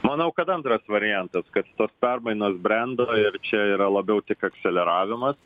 manau kad antras variantas kad tos permainos brendo ir čia yra labiau tik eksleravimas